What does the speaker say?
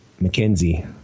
Mackenzie